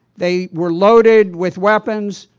they were loaded with weapons.